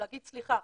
להגיד 'סליחה,